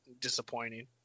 disappointing